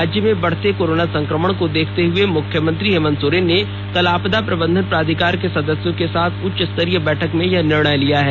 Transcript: राज्य में बढ़ते कोरोना संक्रमण को देखते हुए मुख्यमंत्री हेमंत सोरेन ने कल आपदा प्रबंधन प्राधिकार के सदस्यों के साथ उच्च स्तरीय बैठक में यह निर्णय लिया है